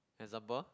example